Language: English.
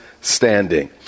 standing